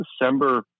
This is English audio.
December